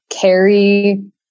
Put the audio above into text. carry